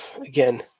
again